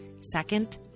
Second